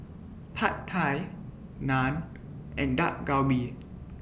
Pad Thai Naan and Dak Galbi